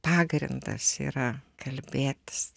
pagrindas yra kalbėtis